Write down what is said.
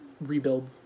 rebuild